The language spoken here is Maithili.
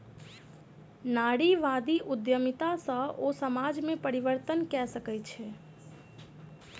नारीवादी उद्यमिता सॅ ओ समाज में परिवर्तन कय सकै छै